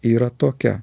yra tokia